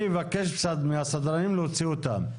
אני אבקש קצת מהסדרנים להוציא אותם.